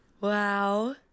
Wow